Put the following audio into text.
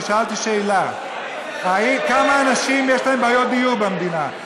אני שאלתי שאלה: כמה אנשים יש להם בעיות דיור במדינה?